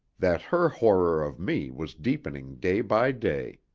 that her horror of me was deepening day by day.